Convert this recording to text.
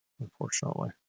unfortunately